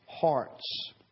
hearts